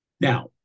Now